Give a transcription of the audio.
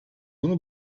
bunu